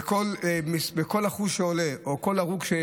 וכל אחוז שעולה וכל הרוג,